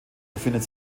befindet